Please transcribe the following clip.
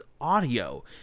audio